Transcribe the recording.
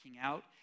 out